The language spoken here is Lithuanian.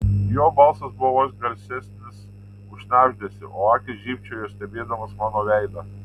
jo balsas buvo vos garsesnis už šnabždesį o akys žybčiojo stebėdamos mano veidą